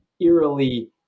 eerily